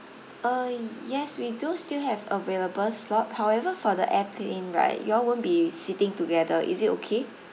uh yes we do still have available slot however for the airplane right you all won't be sitting together is it okay